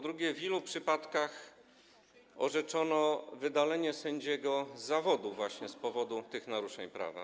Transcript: Drugie: W ilu przypadkach orzeczono wydalenie sędziego z zawodu właśnie z powodu tych naruszeń prawa?